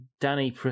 Danny